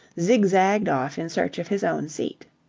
zigzagged off in search of his own seat.